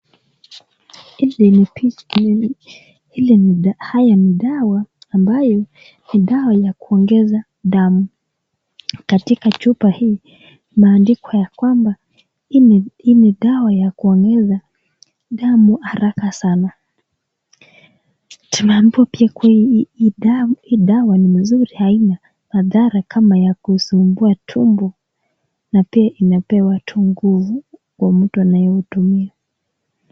Hili ni picha. hili ni. Haya ni dawa ambayo ni dawa ya kuongeza damu . Katika chupa hii imeandikwa ya kwamba hili ni dawa ya kuongeza damu haraka sana. Tunaambiwa pia kuwa hii dawa ni mzuri haina madhara Kama ya kusumbua tumbo na pia inapea watu nguvu kwa mtu anayetumia.